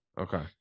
Okay